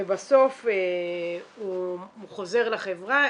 ובסוף הוא חוזר לחברה,